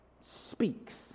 speaks